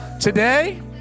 today